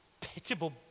pitiable